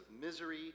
misery